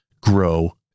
grow